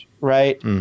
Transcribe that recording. right